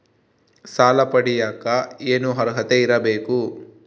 ಸಾಲ ಪಡಿಯಕ ಏನು ಅರ್ಹತೆ ಇರಬೇಕು?